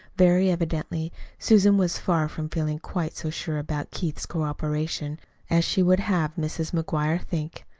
very evidently susan was far from feeling quite so sure about keith's cooperation as she would have mrs. mcguire think.